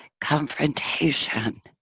confrontation